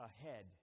ahead